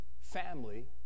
family